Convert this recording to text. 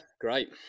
great